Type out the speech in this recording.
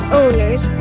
owners